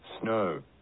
Snow